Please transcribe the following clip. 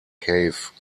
cave